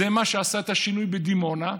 זה מה שעשה את השינוי בדימונה.